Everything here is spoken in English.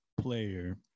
player